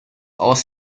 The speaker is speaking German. aus